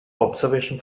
observation